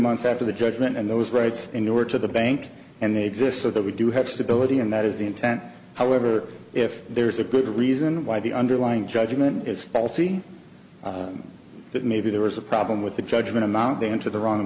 months after the judgment and those rights in order to the bank and they exist so that we do have stability and that is the intent however if there's a good reason why the underlying judgment is faulty that maybe there was a problem with the judgment amount into the wrong